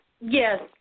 Yes